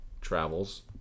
travels